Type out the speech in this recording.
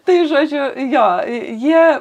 tai žodžiu jo jie